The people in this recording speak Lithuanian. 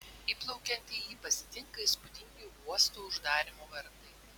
įplaukiant į jį pasitinka įspūdingi uosto uždarymo vartai